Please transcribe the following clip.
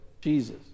Jesus